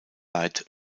light